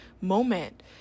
moment